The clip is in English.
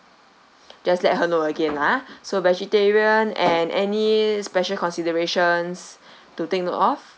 just let her know again lah ah so vegetarian and any special considerations to take note of